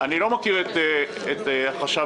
אני לא מכיר את חשב חנן.